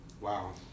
Wow